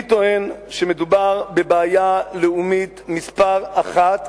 אני טוען שמדובר בבעיה לאומית מספר אחת,